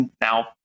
now